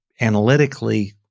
analytically